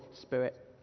Spirit